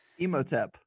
Emotep